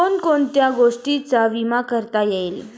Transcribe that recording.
कोण कोणत्या गोष्टींचा विमा करता येईल?